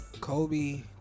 Kobe